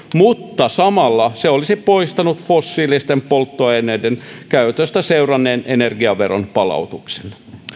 mutta samalla se olisi poistanut fossiilisten polttoaineiden käytöstä seuranneen energiaveron palautuksen